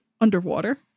Underwater